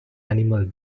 animals